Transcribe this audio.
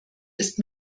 ist